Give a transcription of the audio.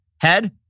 Head